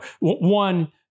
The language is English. one